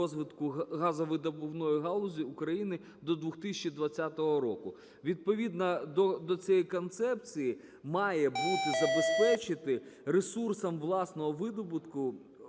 розвитку газовидобувної галузі України до 2020 року. Відповідно до цієї концепції має бути забезпечений ресурсом власного видобутку